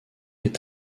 est